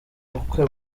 bukwe